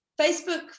Facebook